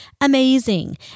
amazing